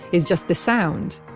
it's just the sound?